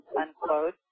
unquote